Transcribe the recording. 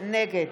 נגד